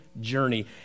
journey